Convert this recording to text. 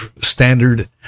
standard